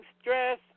stress